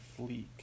fleek